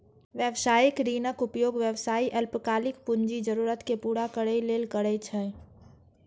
व्यावसायिक ऋणक उपयोग व्यवसायी अल्पकालिक पूंजी जरूरत कें पूरा करै लेल करै छै